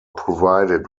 provided